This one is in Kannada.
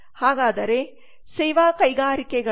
ಹಾಗಾದರೆ ಸೇವಾ ಕೈಗಾರಿಕೆಗಳಲ್ಲಿ ವಿವಿಧ ರೀತಿಯ ಮಾರ್ಕೆಟಿಂಗ್ ಯಾವುವು